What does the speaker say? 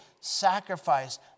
sacrifice